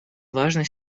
важной